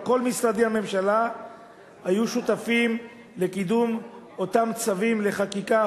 כל משרדי הממשלה היו שותפים לקידום אותם צווים לחקיקה,